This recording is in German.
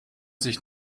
sich